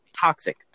toxic